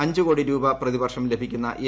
അഞ്ചു കോടി രൂപ പ്രതിവർഷം ലഭിക്കുന്ന എ